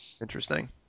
Interesting